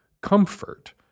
comfort